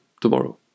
tomorrow